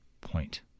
point